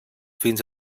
fins